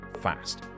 fast